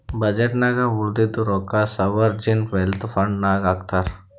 budget ನಾಗ್ ಉಳದಿದ್ದು ರೊಕ್ಕಾ ಸೋವರ್ಜೀನ್ ವೆಲ್ತ್ ಫಂಡ್ ನಾಗ್ ಹಾಕ್ತಾರ್